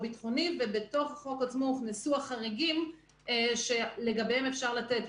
ביטחוני ובתוך החוק עצמו הוכנסו החריגים שלגביהם אפשר לתת.